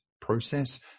process